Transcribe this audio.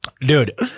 Dude